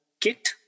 kit